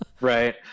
Right